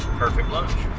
perfect lunch